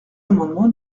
amendement